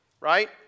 Right